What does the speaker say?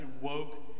woke